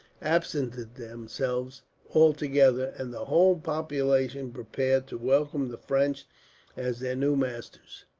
absented themselves altogether, and the whole population prepared to welcome the french as their new masters.